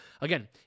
again